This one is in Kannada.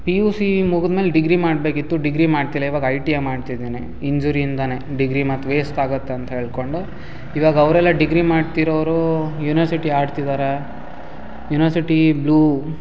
ಪಿ ಯು ಸಿ ಮುಗುದ್ಮೇಲೆ ಡಿಗ್ರಿ ಮಾಡಬೇಕಿತ್ತು ಡಿಗ್ರಿ ಮಾಡ್ತಿಲ್ಲ ಇವಾಗ ಐ ಟಿ ಐ ಮಾಡ್ತಿದ್ದೀನಿ ಇಂಜುರಿಯಿಂದಲೇ ಡಿಗ್ರಿ ಮತ್ತೆ ವೇಸ್ಟ್ ಆಗುತ್ತೆ ಅಂತ ಹೇಳಿಕೊಂಡು ಇವಾಗ ಅವರೆಲ್ಲ ಡಿಗ್ರಿ ಮಾಡ್ತಿರೋರು ಯೂನ್ವರ್ಸಿಟಿ ಆಡ್ತಿದ್ದಾರೆ ಯೂನ್ವರ್ಸಿಟಿ ಬ್ಲೂ